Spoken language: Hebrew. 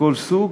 מכל סוג,